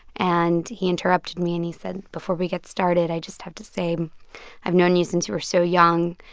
and he interrupted me, and he said, before we get started, i just have to say i've known you since you were so young,